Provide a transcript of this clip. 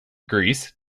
greece